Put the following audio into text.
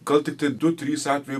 gal tiktai du trys atvejai